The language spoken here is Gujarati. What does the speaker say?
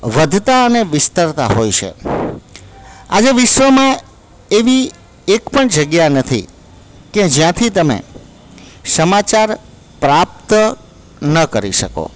વધતાં અને વિસ્તરતા હોય છે આજે વિશ્વમાં એવી એક પણ જગ્યા નથી કે જ્યાંથી તમે સમાચાર પ્રાપ્ત ન કરી શકો